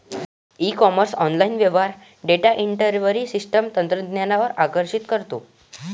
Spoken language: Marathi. ई कॉमर्स ऑनलाइन व्यवहार डेटा इन्व्हेंटरी सिस्टम तंत्रज्ञानावर आकर्षित करतो